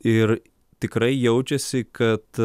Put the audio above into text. ir tikrai jaučiasi kad